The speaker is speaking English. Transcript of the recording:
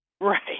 Right